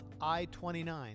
I-29